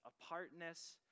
apartness